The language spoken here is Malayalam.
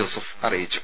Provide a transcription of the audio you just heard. ജോസഫ് അറിയിച്ചു